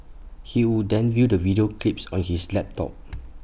he would then view the video clips on his laptop